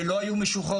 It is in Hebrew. שלא היו משוחררים.